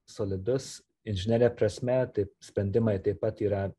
solidus inžinerine prasme taip sprendimai taip pat yra